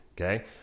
okay